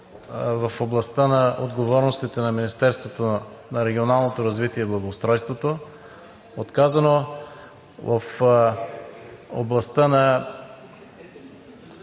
в областта на отговорностите на Министерството на регионалното развитие и благоустройството, казаното в областта на